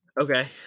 Okay